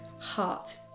heart